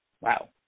Wow